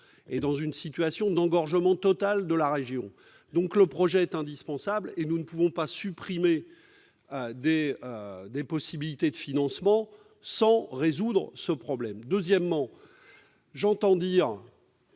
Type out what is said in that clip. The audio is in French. alors une situation d'engorgement total de la région. Le projet est donc indispensable. Nous ne pouvons pas supprimer des possibilités de financement et ne pas résoudre ce problème. Par ailleurs, j'entends dire